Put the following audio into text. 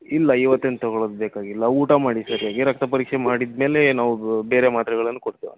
ಇಲ್ಲ ಇವತ್ತು ಏನು ತೊಗೊಳ್ಳೋದು ಬೇಕಾಗಿಲ್ಲ ಊಟ ಮಾಡಿ ಸರಿಯಾಗಿ ರಕ್ತ ಪರೀಕ್ಷೆ ಮಾಡಿದಮೇಲೆ ನಾವು ಬೇರೆ ಮಾತ್ರೆಗಳನ್ನು ಕೊಡ್ತೇವಂತೆ